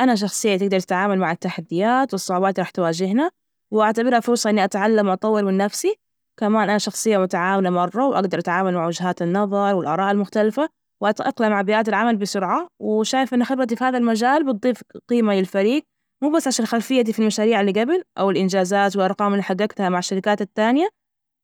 أنا شخصية تجدر تتعامل مع التحديات والصعوبات اللي راح تواجهنا، وأعتبرها فرصة إني أتعلم وأطور من نفسي، كمان، أنا شخصية متعاونة مرة وأجدر أتعامل مع وجهات النظر والآراء المختلفة، وأتأقلم عابيئات العمل بسرعة وشايف، إنه خبرتي في هذا المجال بتضيف قيمة للفريج، مو بس عشان خلفيتي في المشاريع اللي جبل أو الإنجازات وأرقام اللي حققتها مع الشركات الثانية